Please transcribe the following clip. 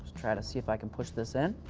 try to see if i can push this in.